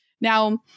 Now